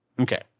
Okay